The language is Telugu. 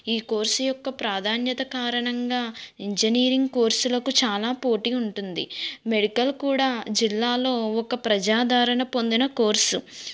ఈ కోర్స్ యొక్క ప్రాధాన్యత కారణంగా ఇంజనీరింగ్ కోర్సులకు చాలా పోటీ ఉంటుంది మెడికల్ కూడా జిల్లాలో ఒక ప్రజాధారణ పొందిన కోర్సు